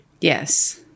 Yes